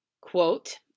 Quote